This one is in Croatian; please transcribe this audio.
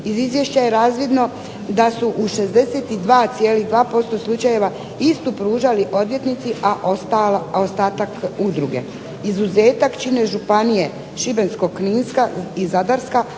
Iz izvješća je razvidno da su u 62,2% slučajeva istu pružali odvjetnici, a ostatak udruge. Izuzetak čine županije Šibensko-kninska i Zadarska